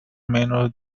menos